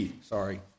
Sorry